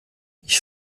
ich